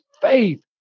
faith